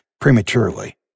prematurely